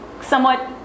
somewhat